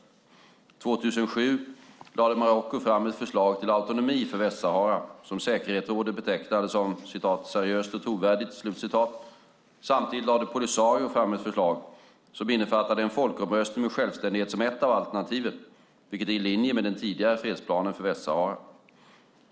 År 2007 lade Marocko fram ett förslag till autonomi för Västsahara, som säkerhetsrådet betecknade som "seriöst och trovärdigt". Samtidigt lade Polisario fram ett förslag, som innefattade en folkomröstning med självständighet som ett av alternativen, vilket är i linje med den tidigare fredsplanen för Västsahara.